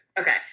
Okay